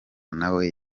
nawe